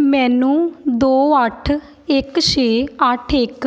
ਮੈਨੂੰ ਦੋ ਅੱਠ ਇੱਕ ਛੇ ਅੱਠ ਇੱਕ